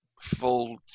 full